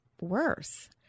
worse